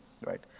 right